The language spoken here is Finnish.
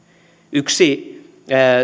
yksi